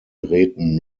geräten